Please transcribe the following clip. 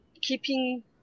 keeping